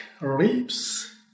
ribs